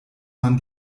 man